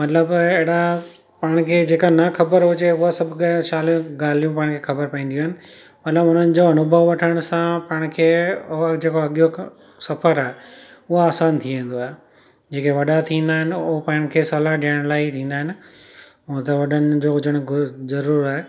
मतिलबु अहिड़ा पाण खे जेका न ख़बर हुजे उहा सभु ॻाल्हियूं पाण खे ख़बर पवंदियूं आहिनि मतिलबु उन्हनि जो अनुभव वठण सां पाण खे उहो जेको अॻियां सफ़र आहे उहो आसान थी वेंदो आहे जेके वॾा थींदा आहिनि उहो पाण खे सलाहु ॾियण लाइ थींदा आहिनि उअ त वॾनि जो हुजनि ज़रूर आहे